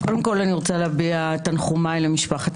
קודם כל אני רוצה להביע תנחומיי למשפחה